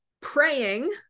praying